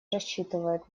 рассчитывают